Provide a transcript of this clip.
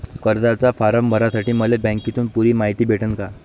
कर्जाचा फारम भरासाठी मले बँकेतून पुरी मायती भेटन का?